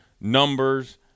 Numbers